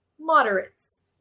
moderates